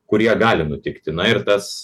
kurie gali nutikti na ir tas